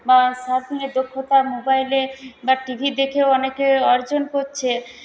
বা সার্ফিংয়ের দক্ষতা মোবাইলে বা টিভি দেখেও অনেকে অর্জন করছে